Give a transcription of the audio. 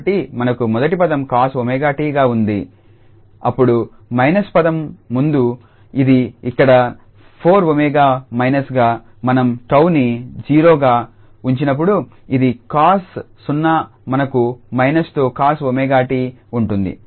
కాబట్టి మనకు మొదటి పదం cos𝜔𝑡గా ఉంది అప్పుడు మైనస్ పదం ముందు ఇది ఇక్కడ 4𝜔 మైనస్ గా మనం 𝜏ని 0గా ఉంచినప్పుడు ఇది cos0మనకు మైనస్తో cos𝜔𝑡 ఉంటుంది